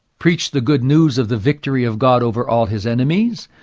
preach the good news of the victory of god over all his enemies,